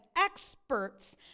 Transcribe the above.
experts